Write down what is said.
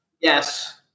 yes